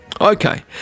Okay